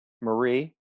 Marie